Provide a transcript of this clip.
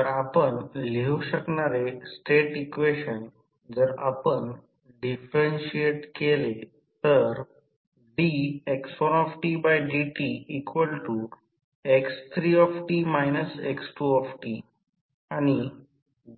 तर आपण लिहू शकणारे स्टेट इक्वेशन जर आपण डिफरेन्शिएट केले तर dx1dtx3t x2